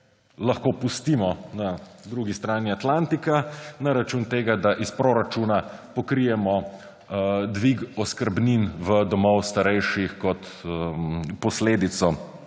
lahko pustimo na drugi strani Atlantika na račun tega, da iz proračuna pokrijemo dvig oskrbnin v domovih starejših kot posledico